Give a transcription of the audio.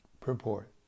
PURPORT